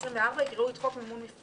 העשרים וארבע יקראו את חוק מימון מפלגות,